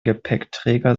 gepäckträger